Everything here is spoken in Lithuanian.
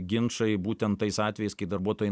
ginčai būtent tais atvejais kai darbuotojai